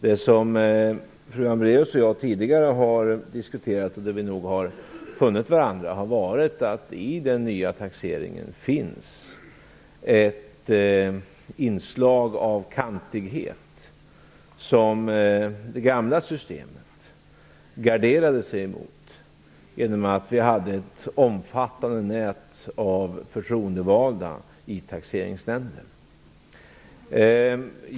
Det som fru Hambraeus och jag tidigare har diskuterat, och där vi nog har funnit varandra, är att det i den nya taxeringen finns ett inslag av kantighet som det gamla systemet garderade sig emot genom att vi hade ett omfattande nät av förtroendevalda i taxeringsnämnden.